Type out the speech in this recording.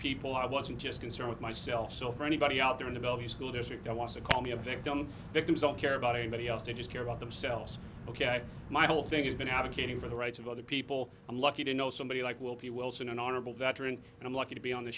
people i wasn't just concerned with myself so for anybody out there in the bellevue school district i want to call me a victim victims don't care about anybody else they just care about themselves ok my whole thing has been advocating for the rights of other people i'm lucky to know somebody like will be wilson an honorable veteran and i'm lucky to be on the